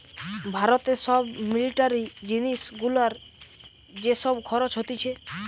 ভারতে সব মিলিটারি জিনিস গুলার যে সব খরচ হতিছে